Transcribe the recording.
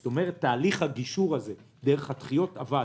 זאת אומרת תהליך הגישור דרך הדחיות עבד,